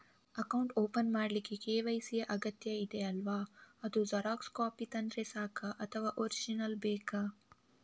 Account open ಮಾಡ್ಲಿಕ್ಕೆ KYC ಯಾ ಅಗತ್ಯ ಇದೆ ಅಲ್ವ ಅದು ಜೆರಾಕ್ಸ್ ಕಾಪಿ ತಂದ್ರೆ ಸಾಕ ಅಥವಾ ಒರಿಜಿನಲ್ ಬೇಕಾ?